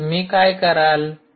तर तुम्ही काय कराल